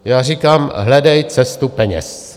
Já říkám: hledej cestu peněz.